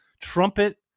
trumpet